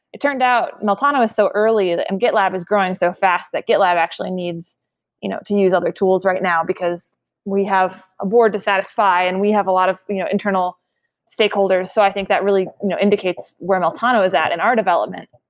it turned out meltano was so early and gitlab is growing so fast that gitlab actually needs you know to use other tools right now, because we have a board to satisfy and we have a lot of you know internal stakeholders. so i think that really you know indicates where meltano is at in our development.